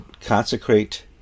consecrate